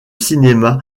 cinéma